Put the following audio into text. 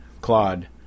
Claude